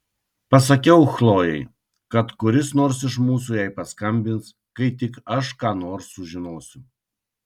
pasakiau chlojei kad kuris nors iš mūsų jai paskambins kai tik aš ką nors sužinosiu